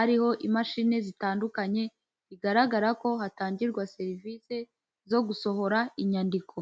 ariho imashini zitandukanye, bigaragara ko hatangirwa serivisi zo gusohora inyandiko.